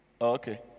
Okay